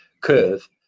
curve